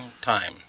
time